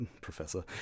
professor